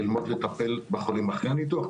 ללמוד לטפל בחולים אחרי הניתוח,